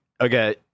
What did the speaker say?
Okay